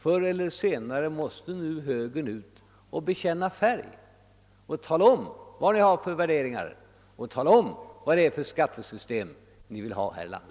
Förr eller senare måste moderata samlingspartiet bekänna färg och tala om vilka värderingar det har och vilket skattesystem det önskar här i landet.